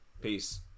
peace